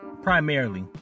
Primarily